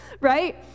right